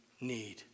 need